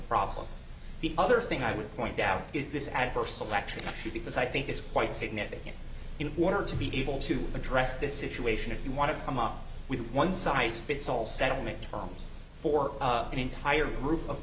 problem the other thing i would point out is this adverse selection as i think it's quite significant in order to be able to address this situation if you want to come up with a one size fits all settlement term for an entire group of